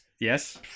Yes